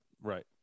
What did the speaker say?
right